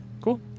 Cool